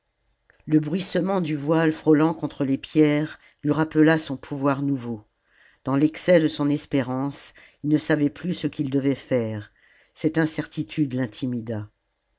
le bruissement du voile frôlant contre les pierres lui rappela son pouvoir nouveau dans l'excès de son espérance il ne savait plus ce qu'il devait faire cette incertitude